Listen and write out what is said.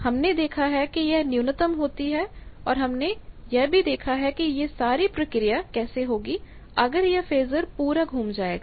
हमने देखा है कि यह न्यूनतम होती है और हमने यह भी देखा है कि यह सारी प्रक्रिया कैसी होगी अगर यह फेजर पूरा घूम जाएगा